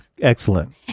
Excellent